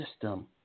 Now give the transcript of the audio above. system